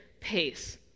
pace